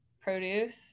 produce